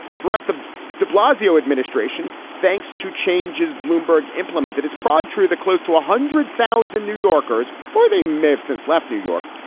throughout the de blasio administration, thanks to changes bloomberg implemented, it's probably true that close to a hundred thousand new yorkers or they may have since left new york,